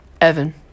Evan